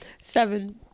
seven